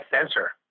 sensor